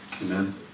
Amen